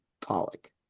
Pollock